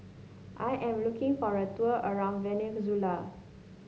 I am looking for a tour around Venezuela